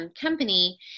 company